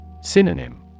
Synonym